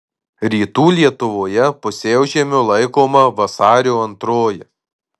rytų lietuvoje pusiaužiemiu laikoma vasario antroji